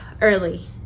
early